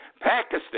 Pakistan